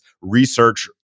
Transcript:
research